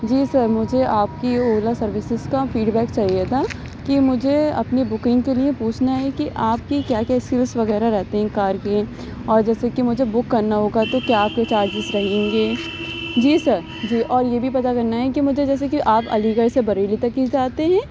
جی sir مجھے آپ کی اولا سروسز کا فیڈ بیک چاہیے تھا کہ مجھے اپنی بکنگ کے لیے پوچھنا ہے کہ آپ کی کیا کیا وغیرہ رہتے ہیں کار کے اور جیسے کہ مجھے بک کرنا ہوگا تو کیا آپ کے چارجز رہیں گے جی سر جی اور یہ بھی پتا کرنا ہے کہ مجھے جیسے کہ آپ علی گڑھ سے بریلی تک ہی جاتے ہیں